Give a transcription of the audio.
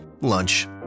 Lunch